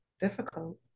difficult